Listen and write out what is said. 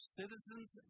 citizens